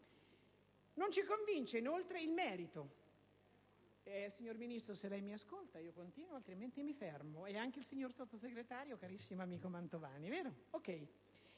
Non ci convince inoltre il merito.